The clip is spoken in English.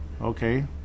Okay